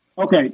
Okay